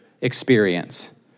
experience